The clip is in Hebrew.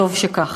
וטוב שכך.